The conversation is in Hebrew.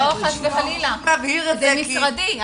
לא, חלילה, זה משרדי.